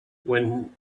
when